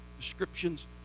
descriptions